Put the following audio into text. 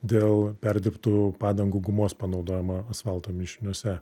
dėl perdirbtų padangų gumos panaudojimo asfalto mišiniuose